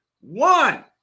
one